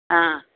ஆ